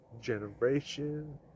Generation